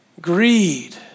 Greed